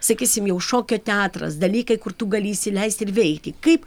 sakysim jau šokio teatras dalykai kur tu gali įsileisti ir veikti kaip